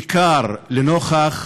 בעיקר לנוכח